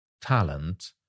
talent